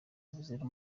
buzira